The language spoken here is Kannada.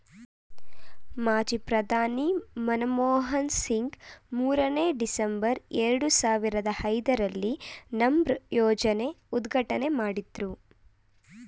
ಮಾಜಿ ಪ್ರಧಾನಿ ಮನಮೋಹನ್ ಸಿಂಗ್ ಮೂರನೇ, ಡಿಸೆಂಬರ್, ಎರಡು ಸಾವಿರದ ಐದರಲ್ಲಿ ನರ್ಮ್ ಯೋಜನೆ ಉದ್ಘಾಟನೆ ಮಾಡಿದ್ರು